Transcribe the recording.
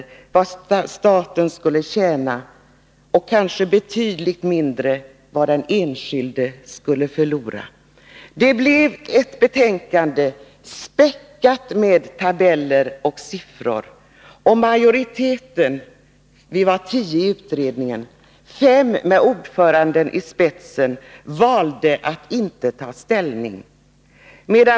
Vi räknade på vad staten skulle tjäna och — betydligt mindre — vad den enskilde skulle förlora. Det blev ett betänkande späckat med tabeller och siffror. Vi var tio ledamöter i utredningen, och majoriteten — fem ledamöter med ordföranden i spetsen — valde att inte ta ställning.